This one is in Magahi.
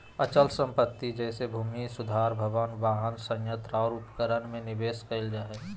अचल संपत्ति जैसे भूमि सुधार भवन, वाहन, संयंत्र और उपकरण में निवेश कइल जा हइ